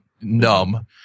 numb